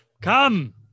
come